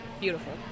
beautiful